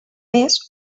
més